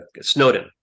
Snowden